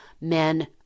Men